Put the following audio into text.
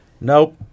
Nope